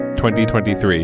2023